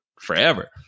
forever